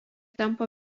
tampa